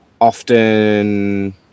often